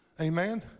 Amen